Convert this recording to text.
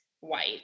white